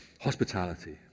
Hospitality